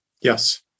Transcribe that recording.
Yes